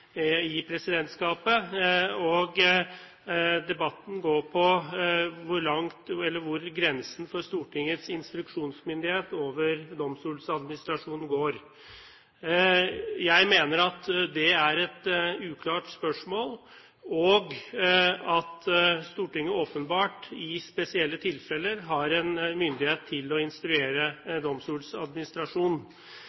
i presidentskapet. Debatten går på hvor grensen for Stortingets instruksjonsmyndighet over Domstoladministrasjonen går. Jeg mener at det er et uklart spørsmål, og at Stortinget åpenbart i spesielle tilfeller har en myndighet til å instruere